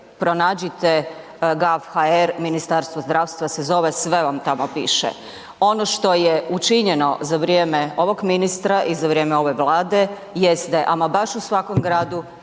pronađite gaf.hr Ministarstvo zdravstva se zove sve vam tamo piše. Ono što je učinjeno za vrijeme ovog ministra i za vrijeme ove Vlade jeste ama baš u svakom gradu